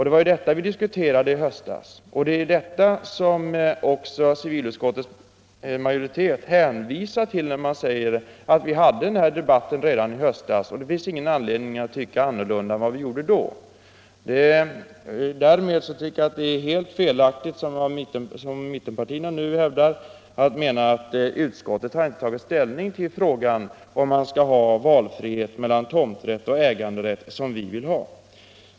Det var detta vi diskuterade i höstas. Det är detta som civilutskottets majoritet nu hänvisar till när man säger att riksdagen hade denna mening redan i höstas och att det inte finns anledning att nu ändra uppfattning. Därmed tycker jag det är helt felaktigt att hävda, som mittenpartierna nu gör, att utskottet inte har tagit ställning till frågan om man skall ha valfrihet mellan tomträtt och äganderätt, som vi vill ha.